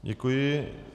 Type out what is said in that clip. Děkuji.